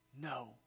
no